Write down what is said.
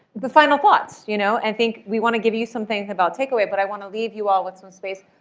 the final thoughts. you know i think we want to give you some things about takeaway, but i want to leave you all with some space.